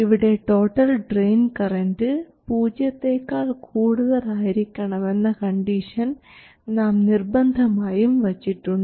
ഇവിടെ total drain current പൂജ്യത്തേക്കാൾ കൂടുതൽ ആയിരിക്കണമെന്ന കണ്ടീഷൻ നാം നിർബന്ധമായും വച്ചിട്ടുണ്ട്